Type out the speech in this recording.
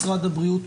משרד הבריאות,